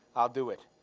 i'll do it.